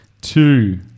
two